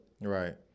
Right